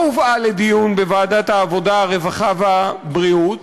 לא הובאה לדיון בוועדת העבודה, הרווחה והבריאות,